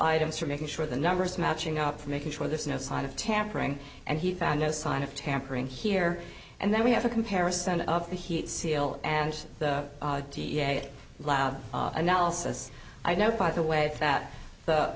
items for making sure the numbers matching up for making sure there's no sign of tampering and he found no sign of tampering here and then we have a comparison of the heat seal and the da lab analysis i know by the way that the